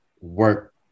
work